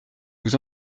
vous